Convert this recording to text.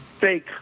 fake